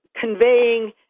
conveying